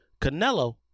Canelo